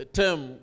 term